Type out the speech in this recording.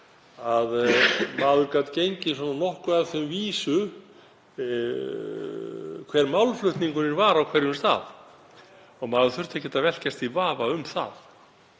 að maður gat gengið að því nokkurn veginn vísu hver málflutningurinn var á hverjum stað og maður þurfti ekkert að velkjast í vafa um það.